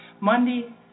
Monday